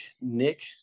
Nick